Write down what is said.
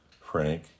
Frank